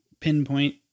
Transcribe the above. pinpoint